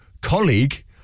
colleague